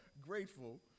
grateful